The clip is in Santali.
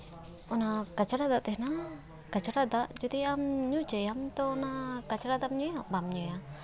ᱚᱱᱟ ᱠᱟᱪᱲᱟ ᱫᱟᱜ ᱛᱟᱦᱮᱱᱟ ᱠᱟᱪᱲᱟ ᱫᱟᱜ ᱡᱩᱫᱤ ᱟᱢ ᱧᱩ ᱦᱚᱪᱚᱭᱭᱟᱢ ᱛᱳ ᱚᱱᱟ ᱠᱟᱪᱲᱟ ᱫᱟᱜ ᱮᱢ ᱧᱩᱭᱟ ᱵᱟᱢ ᱧᱩᱭᱟ